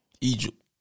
Egypt